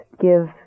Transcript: give